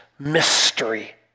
mystery